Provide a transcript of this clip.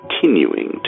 continuing